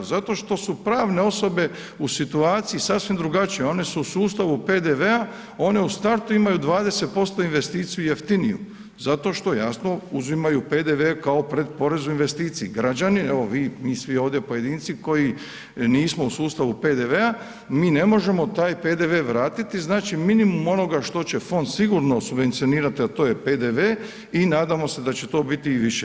Zato što su pravne osobe u situaciji sasvim drugačije, one su u sustavu PDV-a, one u startu imaju 20% investiciju jeftiniju zato što jasno uzimaju PDV kao pred porez u investiciji, građani evo vi, mi svi ovdje pojedinci koji nismo u sustavu PDV-a mi ne možemo taj PDV vratiti, znači minimum onoga što će fond sigurno subvencionirati a to je PDV i nadamo se da će to biti i više.